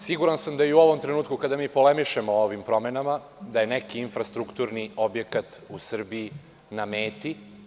Siguran sam da i u ovom trenutku, kada mi polemišemo o ovim promenama, da je neki infrastrukturni objekat u Srbiji na meti.